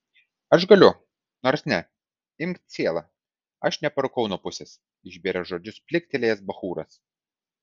aš galiu nors ne imk cielą aš neparūkau nuo pusės išbėrė žodžius pliktelėjęs bachūras